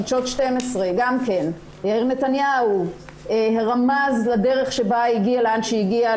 חדשות ערוץ 12. יאיר נתניהו רמז לדרך בה היא הגיעה לאן שהגיע,